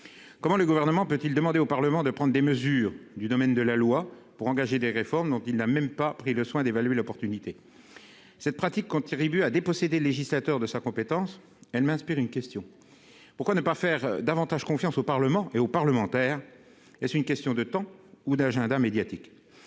comment le gouvernement peut-il demander au Parlement de prendre des mesures du domaine de la loi pour engager des réformes dont il n'a même pas pris le soin d'évaluer l'opportunité cette pratique quand Thierry a dépossédé législateur de sa compétence, elle m'inspire une question : pourquoi ne pas faire davantage confiance au Parlement et aux parlementaires, et c'est une question de temps ou d'agenda médiatique